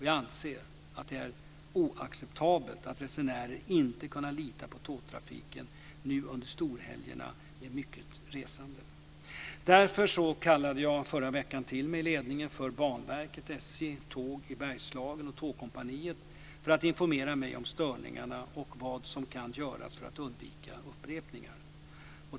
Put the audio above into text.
Jag anser att det är oacceptabelt att resenärerna inte kunnat lita på tågtrafiken under storhelgerna, då det har varit mycket resande. Därför kallade jag förra veckan till mig ledningen för Banverket, SJ, Tåg i Bergslagen och Tågkompaniet för att informera mig om störningarna och vad som kan göras för att undvika upprepningar.